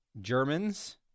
Germans